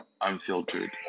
unfiltered